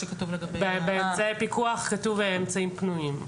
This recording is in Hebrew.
באמצעי פיקוח כתוב "אמצעים פנויים".